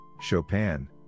Chopin